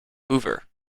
hoover